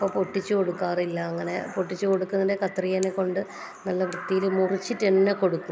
അപ്പോൾ പൊട്ടിച്ചു കൊടുക്കാറില്ല അങ്ങനെ പൊട്ടിച്ചു കൊടുക്കുന്നുണ്ടെങ്കിൽ കത്രികയെ കൊണ്ട് നല്ല വൃത്തിയിൽ മുറിച്ചിട്ടുതന്നെ കൊടുക്കും